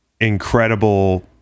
incredible